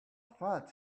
thought